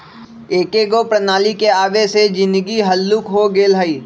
एकेगो प्रणाली के आबे से जीनगी हल्लुक हो गेल हइ